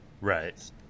Right